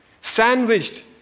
sandwiched